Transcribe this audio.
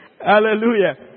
Hallelujah